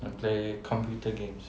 I play computer games